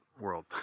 world